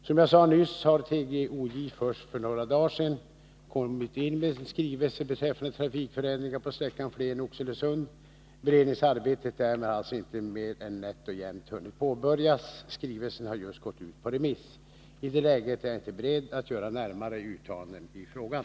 Som jag nyss sade har TGOJ först för några dagar sedan kommit in med en skrivelse beträffande trafikförändringar på sträckan Flen-Oxelösund. Beredningsarbetet därmed har alltså nätt och jämnt hunnit påbörjas — skrivelsen har just gått ut på remiss. I det läget är jag inte beredd att göra närmare uttalanden i frågan.